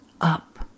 up